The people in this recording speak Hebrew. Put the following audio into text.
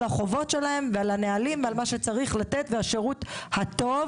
החובות שלהם ועל הנהלים על מה שצריך לתת ועל השירות הטוב,